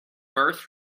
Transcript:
birth